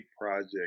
project